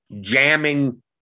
jamming